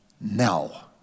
now